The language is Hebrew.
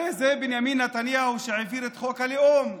הרי בנימין נתניהו הוא שהעביר את חוק הלאום,